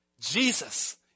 Jesus